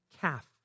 calf